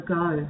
go